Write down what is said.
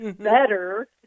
better